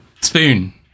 Spoon